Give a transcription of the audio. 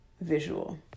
visual